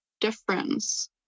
difference